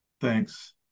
Thanks